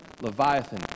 Leviathan